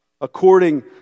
according